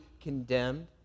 condemned